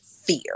fear